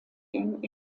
gang